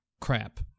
crap